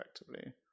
effectively